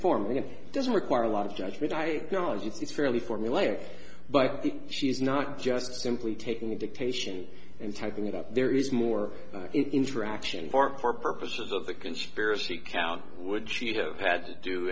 form and it doesn't require a lot of judgment i know it's fairly formulaic but she's not just simply taking dictation and typing it up there is more interaction for purposes of the conspiracy count would she have had to do